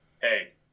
hey